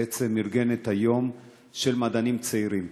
ארגן את יום המדענים הצעירים.